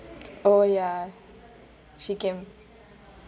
oh yeah she can